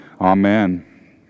Amen